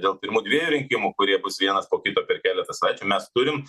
dėl pirmų dviejų rinkimų kurie bus vienas po kito per keletą savaičių mes turim